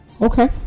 Okay